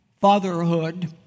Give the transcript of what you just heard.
fatherhood